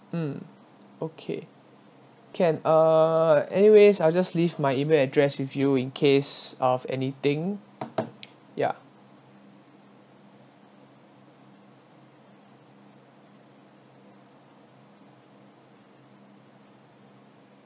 mm okay can uh anyways I'll just leave my E-mail address with you in case of anything ya